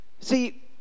See